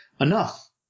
enough